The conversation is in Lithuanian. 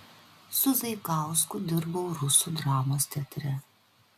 su zaikausku dirbau rusų dramos teatre